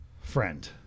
Friend